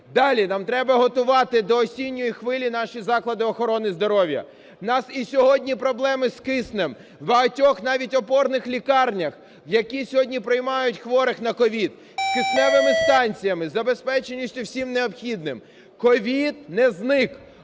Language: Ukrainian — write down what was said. Далі. Нам треба готувати до осінньої хвилі наші заклади охорони здоров'я. У нас сьогодні проблеми з киснем в багатьох навіть опорних лікарнях, які сьогодні приймають хворих на COVID, з кисневими станціями, забезпеченістю всім необхідним. COVID не зник.